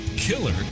Killer